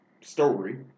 story